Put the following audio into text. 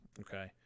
Okay